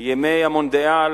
ימי המונדיאל,